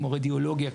כמו רדיולוגיה,